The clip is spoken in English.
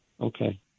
Okay